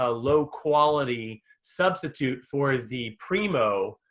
ah low quality substitute for the primo,